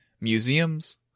museums